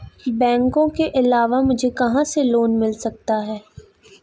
बैंकों के अलावा मुझे कहां से लोंन मिल सकता है?